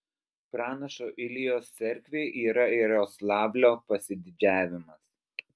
pranašo iljos cerkvė yra jaroslavlio pasididžiavimas